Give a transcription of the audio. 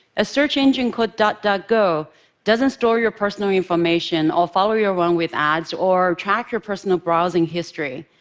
a search engine called duckduckgo doesn't store your personal information or follow you around with ads or track your personal browsing history.